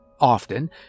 Often